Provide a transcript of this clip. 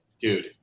dude